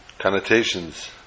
connotations